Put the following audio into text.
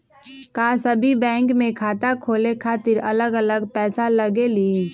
का सभी बैंक में खाता खोले खातीर अलग अलग पैसा लगेलि?